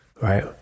right